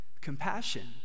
Compassion